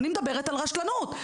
אני מדברת על רשלנות.